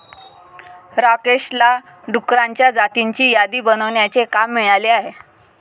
राकेशला डुकरांच्या जातींची यादी बनवण्याचे काम मिळाले आहे